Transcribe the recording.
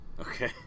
Okay